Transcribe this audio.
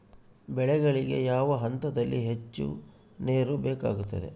ಬೆಳೆಗಳಿಗೆ ಯಾವ ಹಂತದಲ್ಲಿ ಹೆಚ್ಚು ನೇರು ಬೇಕಾಗುತ್ತದೆ?